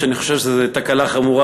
ואני חושב שזאת תקלה חמורה,